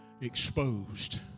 Exposed